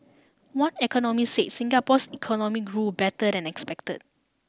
one economist said Singapore's economy grew better than expected